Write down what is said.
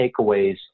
takeaways